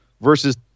Versus